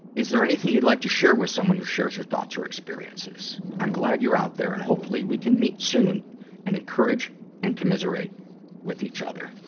is there anything you'd like to share with someone who shares your thoughts or experiences? i'm glad you're out there, and hopefully we can meet soon and encourage and commiserate with each other.